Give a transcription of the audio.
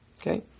Okay